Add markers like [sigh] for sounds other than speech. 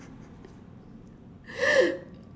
[laughs]